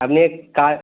আপনি এক কাজ